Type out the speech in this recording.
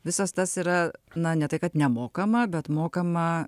visas tas yra na ne tai kad nemokama bet mokama